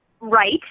right